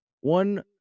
One